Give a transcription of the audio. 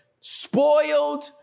spoiled